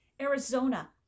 Arizona